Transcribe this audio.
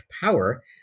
power